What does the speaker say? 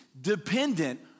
dependent